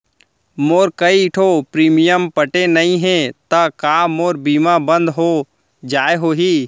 मोर कई ठो प्रीमियम पटे नई हे ता का मोर बीमा बंद हो गए होही?